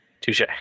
Touche